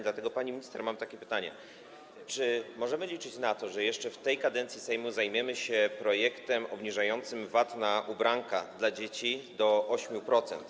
Dlatego, pani minister, mam takie pytanie: Czy możemy liczyć na to, że jeszcze w tej kadencji Sejmu zajmiemy się projektem obniżającym VAT na ubranka dla dzieci do 8%?